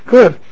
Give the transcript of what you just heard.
Good